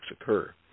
occur